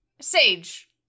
Sage